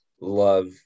love